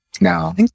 Now